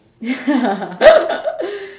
ya